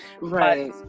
Right